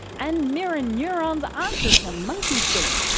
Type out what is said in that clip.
and mirror neurons aren't just a monkey thing,